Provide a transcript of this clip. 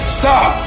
stop